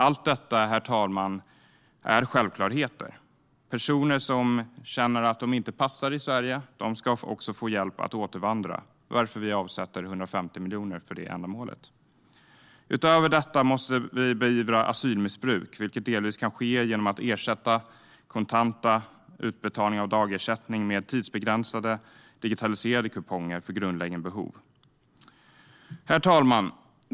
Allt detta, herr talman, är självklarheter. Personer som känner att de inte passar i Sverige ska få hjälp att återvandra, varför vi avsätter 150 miljoner för detta ändamål. Utöver detta måste vi beivra asylmissbruk, vilket delvis kan ske genom att ersätta kontanta utbetalningar av dagersättning med tidsbegränsade digitaliserade kuponger för grundläggande behov. Herr talman!